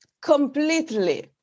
completely